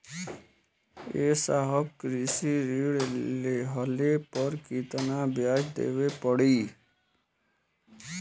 ए साहब कृषि ऋण लेहले पर कितना ब्याज देवे पणी?